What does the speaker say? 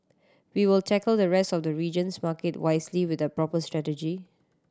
we will tackle the rest of the region's market wisely with a proper strategy